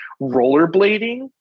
rollerblading